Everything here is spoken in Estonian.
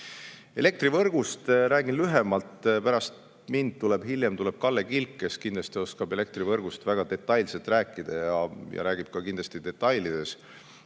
Elektrivõrgust räägin lühemalt. Pärast mind, hiljem tuleb Kalle Kilk, kes kindlasti oskab elektrivõrgust väga detailselt rääkida ja räägib ka kindlasti detailidest.